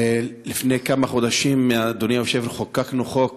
לפני כמה חודשים, אדוני, חוקקנו חוק